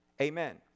Amen